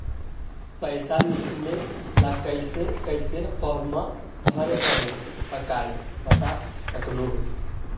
पैसा निकले ला कैसे कैसे फॉर्मा भरे परो हकाई बता सकनुह?